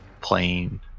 playing